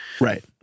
Right